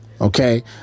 Okay